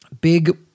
big